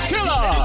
Killer